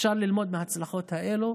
אפשר ללמוד מההצלחות האלו,